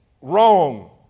wrong